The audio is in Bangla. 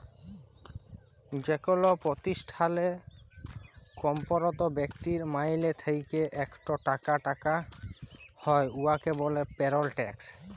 যেকল পতিষ্ঠালে কম্মরত ব্যক্তির মাইলে থ্যাইকে ইকট টাকা কাটা হ্যয় উয়াকে ব্যলে পেরল ট্যাক্স